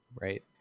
right